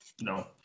No